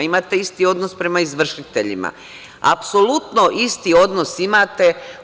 Imate isti odnos prema izvršiteljima, apsolutno isti odnos imate.